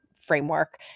framework